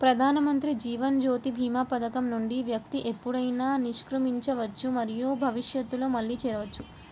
ప్రధానమంత్రి జీవన్ జ్యోతి భీమా పథకం నుండి వ్యక్తి ఎప్పుడైనా నిష్క్రమించవచ్చు మరియు భవిష్యత్తులో మళ్లీ చేరవచ్చు